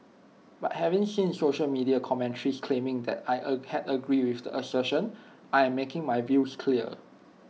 but having seen social media commentaries claiming that I A had agree with the assertion I am making my views clear